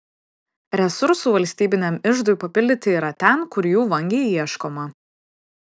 resursų valstybiniam iždui papildyti yra ten kur jų vangiai ieškoma